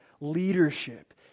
leadership